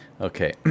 Okay